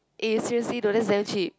eh seriously though that's damn cheap